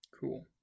Cool